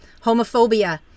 homophobia